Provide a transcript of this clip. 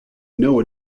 know